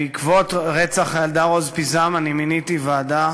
בעקבות רצח הילדה רוז פיזם אני מיניתי ועדה